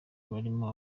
barimo